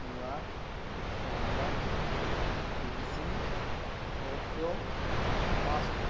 New York London Beijing Tokyo Moscow